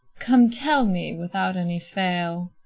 come tell me, without any fail.